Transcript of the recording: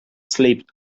sleep